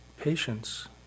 patience